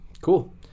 Cool